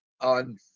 on